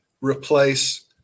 replace